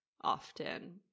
often